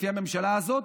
לפי הממשלה הזאת,